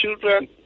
children